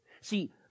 See